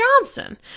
Johnson